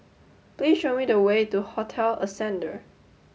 please show me the way to Hotel Ascendere